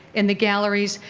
in the galleries,